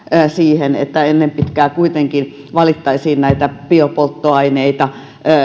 siihen että ennen pitkää kuitenkin valittaisiin näitä biopolttoaineita